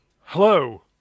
Hello